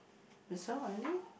there's so many